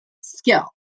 skill